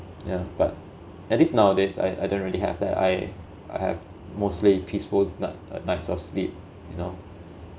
ya but at least nowadays I I don't really have that I I have mostly peaceful ni~ nights of sleep you know